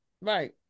Right